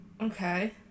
Okay